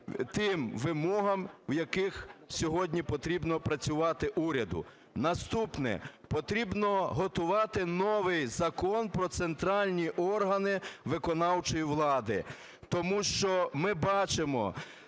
тим вимогам, з якими сьогодні потрібно працювати уряду. Наступне. Потрібно готувати новий Закон про центральні органи виконавчої влади, тому що ми бачимо,